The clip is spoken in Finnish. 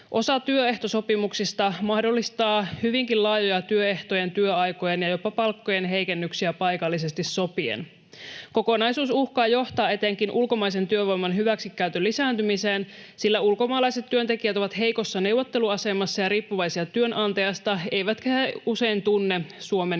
Osa työehtosopimuksista mahdollistaa hyvinkin laajoja työehtojen, työaikojen ja jopa palkkojen heikennyksiä paikallisesti sopien. Kokonaisuus uhkaa johtaa etenkin ulkomaisen työvoiman hyväksikäytön lisääntymiseen, sillä ulkomaalaiset työntekijät ovat heikossa neuvotteluasemassa ja riippuvaisia työantajastaan eivätkä he usein tunne Suomen järjestelmää.